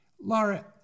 Laura